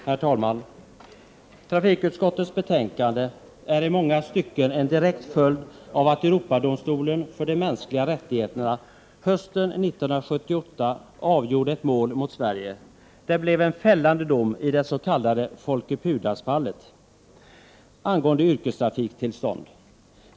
Herr talman! Trafikutskottets betänkande 4 är i många stycken en direkt följd av att Europadomstolen för de mänskliga rättigheterna hösten 1978 avgjorde ett mål mot Sverige. Det blev en fällande dom i det s.k. Folke Pudas-fallet angående yrkestrafiktillstånd.